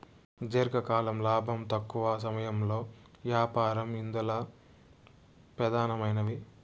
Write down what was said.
దీర్ఘకాలం లాబం, తక్కవ సమయంలో యాపారం ఇందల పెదానమైనవి